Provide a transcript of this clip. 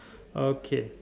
okay